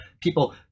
people